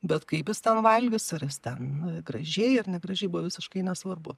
bet kaip jis ten valgys ar jis ten gražiai ar negražiai buvo visiškai nesvarbu